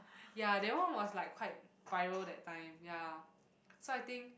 ya that one was like quite viral that time ya so I think